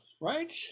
right